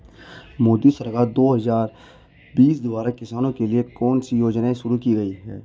मोदी सरकार दो हज़ार बीस द्वारा किसानों के लिए कौन सी योजनाएं शुरू की गई हैं?